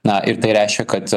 na ir tai reiškia kad